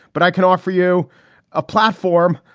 but i can offer you a platform.